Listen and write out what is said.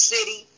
City